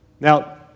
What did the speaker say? Now